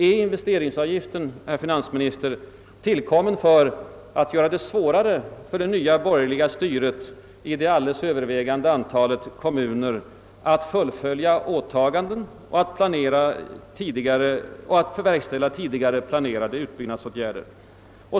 Är investeringsavgiften, herr finansminister, tillkommen för att göra det svårare för det nya borgerliga styret i det alldeles övervägande antalet svenska kommuner att fullfölja åtaganden och planerade utbyggnadsåtgärder?